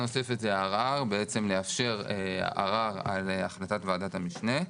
ערר, בעצם לאפשר ערר על החלטת ועדת המשנה.